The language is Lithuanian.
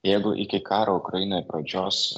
jeigu iki karo ukrainoje pradžios